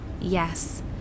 yes